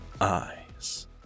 eyes